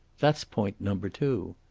that's point number two.